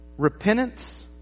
Repentance